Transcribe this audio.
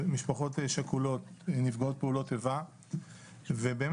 משפחות שכולות נפגעות פעולות איבה ובאמת,